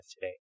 today